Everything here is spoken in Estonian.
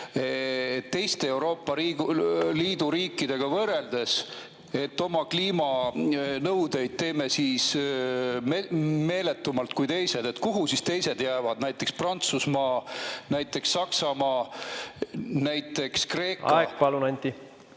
teiste Euroopa Liidu riikidega võrreldes, et oma kliimanõudeid [täidame] meeletumalt kui teised? Kuhu siis teised jäävad, näiteks Prantsusmaa, näiteks Saksamaa, näiteks Kreeka ... Aeg, palun, Anti!